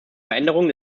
veränderungen